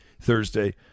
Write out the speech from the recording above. Thursday